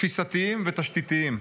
תפיסתיים ותשתיתיים.